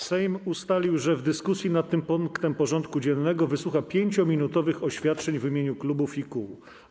Sejm ustalił, że w dyskusji nad tym punktem porządku dziennego wysłucha 5-minutowych oświadczeń w imieniu klubów i kół.